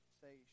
say